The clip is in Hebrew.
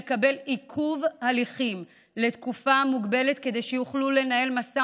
לקבל עיכוב הליכים לתקופה מוגבלת כדי שיוכלו לנהל משא